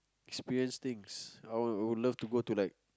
experience things I would love to go to like